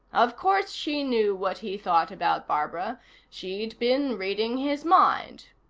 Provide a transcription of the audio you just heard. of course she knew what he thought about barbara she'd been reading his mind.